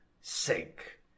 Sink